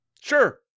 Sure